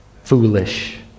foolish